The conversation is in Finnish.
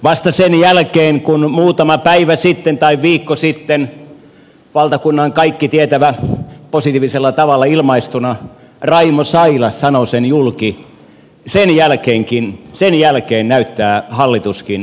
vasta sen jälkeen kun muutama päivä sitten tai viikko sitten valtakunnan kaikkitietävä positiivisella tavalla ilmaistuna raimo sailas sanoi sen julki näyttää hallituskin heränneen